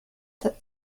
that